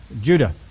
Judah